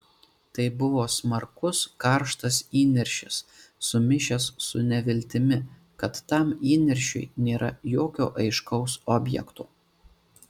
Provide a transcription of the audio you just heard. tai buvo smarkus karštas įniršis sumišęs su neviltimi kad tam įniršiui nėra jokio aiškaus objekto